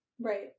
right